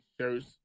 shirts